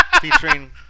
featuring